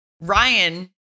Ryan